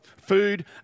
food